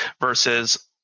versus